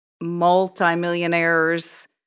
multimillionaires